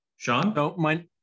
Sean